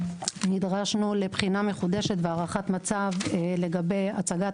נדרשנו לבחינה מחודשת והערכת מצב לגבי הצגת